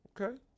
Okay